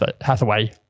Hathaway